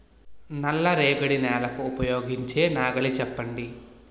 నల్ల రేగడి నెలకు ఉపయోగించే నాగలి చెప్పండి?